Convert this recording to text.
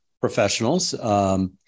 professionals